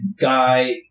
guy